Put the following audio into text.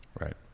Right